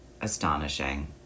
astonishing